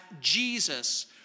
Jesus